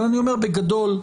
בגדול,